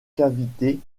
cavités